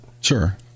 Sure